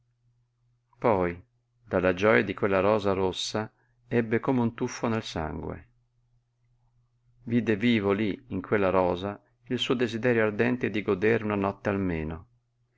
poi dalla gioja di quella rosa rossa ebbe come un tuffo nel sangue vide vivo lí in quella rosa il suo desiderio ardente di godere una notte almeno